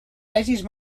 vegis